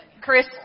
Chris